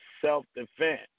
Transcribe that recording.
self-defense